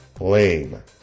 lame